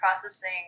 processing